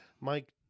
Mike